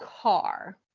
car